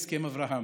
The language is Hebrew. "הסכם אברהם".